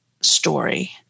story